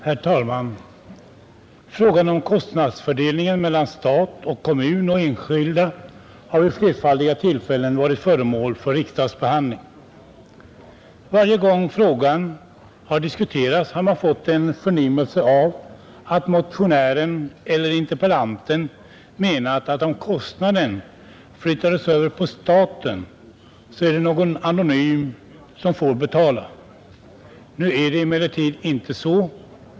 Herr talman! Frågan om kostnadsfördelningen mellan stat, kommun och enskilda har vid flerfaldiga tillfällen varit föremål för riksdagsbehandling. Varje gång frågan har diskuterats har man fått en förnimmelse av att motionären eller interpellanten menat att om kostnaden flyttas över på staten så är det någon anonym som får betala. Som kammaren vet är det emellertid inte så.